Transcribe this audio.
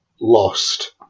lost